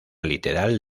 literal